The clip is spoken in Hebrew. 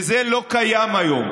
וזה לא קיים היום.